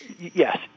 Yes